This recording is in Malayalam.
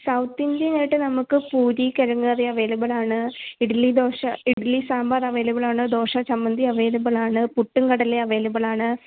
സൗത്ത് ഇന്ത്യൻ ആയിട്ട് നമുക്ക് പൂരി കിഴങ്ങുകറി അവൈലബിൾ ആണ് ഇഡലി ദോശ ഇഡലി സാമ്പാർ അവൈലബിൾ ആണ് ദോശ ചമ്മന്തി അവൈലബിൾ ആണ് പുട്ടും കടലയും അവൈലബിൾ ആണ്